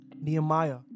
Nehemiah